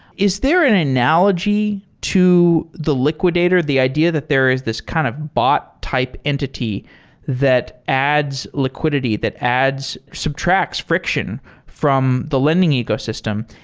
is there an analogy to the liquidator? the idea that there is this kind of bot type entity that adds liquidity, that adds, subtracts friction from the lending ecosystem?